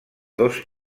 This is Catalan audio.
dos